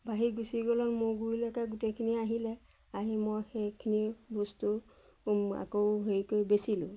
বাঢ়ি গুচি গ'ল মোৰ গুৰিলৈকে গোটেইখিনি আহিলে আহি মই সেইখিনি বস্তু আকৌ হেৰি কৰি বেচিলোঁ